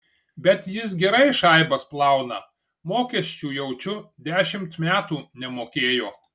bet jis gerai šaibas plauna mokesčių jaučiu dešimt metų nemokėjo